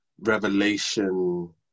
revelation